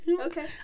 okay